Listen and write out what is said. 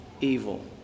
evil